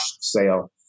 sale